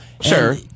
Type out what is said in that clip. Sure